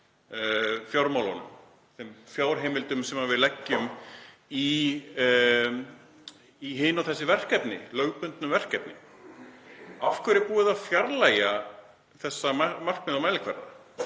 ríkisfjármálunum, þeim fjárheimildum sem við leggjum í hin og þessi lögbundnu verkefni: Af hverju er búið að fjarlægja þessi markmið og mælikvarða